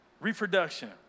Reproduction